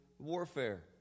Warfare